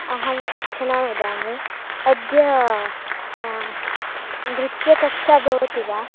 अहं अर्चना वदामि अद्य नृत्यकक्षा भवति वा